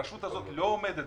הרשות הזאת לא עומדת